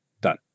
done